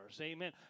Amen